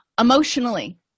Emotionally